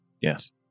Yes